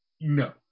no